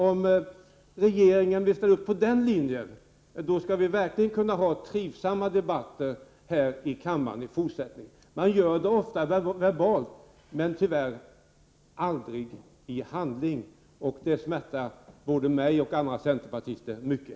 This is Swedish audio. Om regeringen sluter upp på den linjen, kommer vi i fortsättningen att kunna ha trivsamma debatter här i kammaren. Man gör det ofta verbalt men tyvärr aldrig i handling. Det smärtar mig och andra centerpartister mycket.